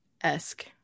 esque